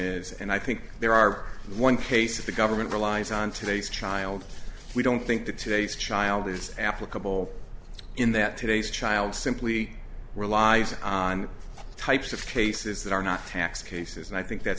is and i think there are one case of the government relies on today's child we don't think that today's child is applicable in that today's child simply relies on types of cases that are not tax cases and i think that